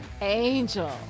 Angel